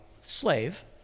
slave